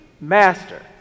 Master